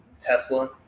Tesla